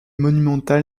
monumental